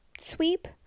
sweep